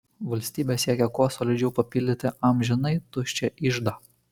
valstybė siekia kuo solidžiau papildyti amžinai tuščią iždą